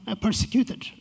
persecuted